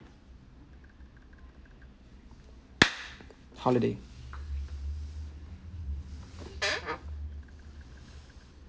holiday